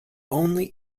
only